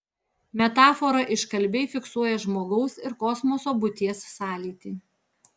metafora iškalbiai fiksuoja žmogaus ir kosmoso būties sąlytį